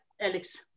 Alex